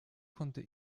konnte